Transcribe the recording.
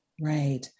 Right